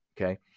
okay